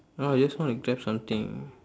no I just want to grab something